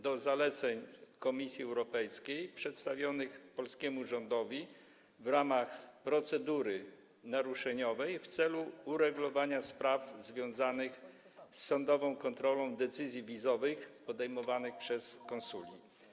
do zaleceń Komisji Europejskiej przedstawionych polskiemu rządowi w ramach procedury naruszeniowej w celu uregulowania spraw związanych z sądową kontrolą decyzji wizowych podejmowanych przez konsuli.